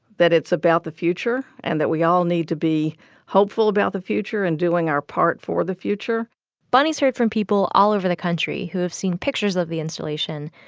that it's about the future and that we all need to be hopeful about the future and doing our part for the future but he's heard from people all over the country who have seen pictures of the installation,